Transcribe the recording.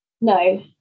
No